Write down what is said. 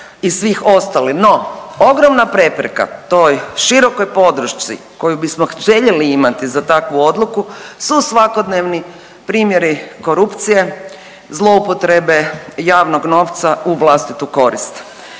i svih ostalih. No, ogromna prepreka toj širokoj podršci koju bismo željeli imati za takvu odluku su svakodnevni primjeri korupcije, zloupotrebe javnog novca u vlastitu korist.